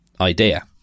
idea